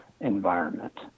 environment